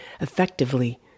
effectively